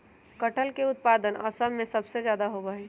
कटहल के उत्पादन असम में सबसे ज्यादा होबा हई